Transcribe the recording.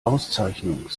auszeichnung